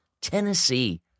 Tennessee